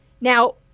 Now